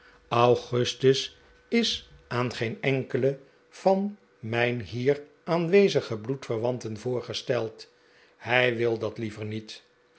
augustus is aan geen enkele van mijn hier aanwezige bloedverwanten voorgesteld hij wilde dat liever niet